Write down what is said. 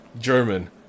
German